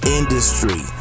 industry